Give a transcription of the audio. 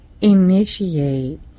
initiate